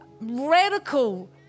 radical